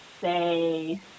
say